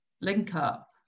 link-up